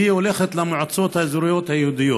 והיא הולכת למועצות האזוריות היהודיות.